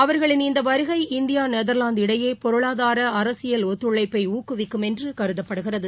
அவர்களின் இந்த வருகை இந்தியா நெதர்லாந்து இடையே பொருளாதார அரசியல் ஒத்துழைப்பை மேலும் ஊக்குவிக்கும் என்று கருதப்படுகிறது